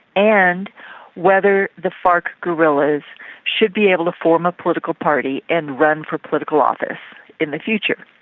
and whether the farc guerrillas should be able to form a political party and run for political office in the future.